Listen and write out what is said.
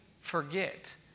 forget